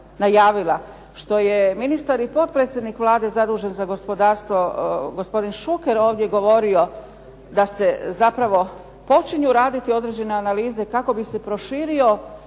što je ministar i potpredsjednik Vlade zadužen za gospodarstvo gospodin Šuker ovdje govorio da se zapravo počinju raditi određene analize kako bi se proširio